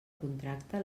contracte